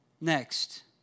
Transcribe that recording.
Next